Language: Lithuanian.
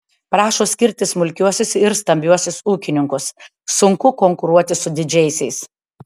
prašo skirti smulkiuosius ir stambiuosius ūkininkus sunku konkuruoti su didžiaisiais